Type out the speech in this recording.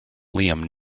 liam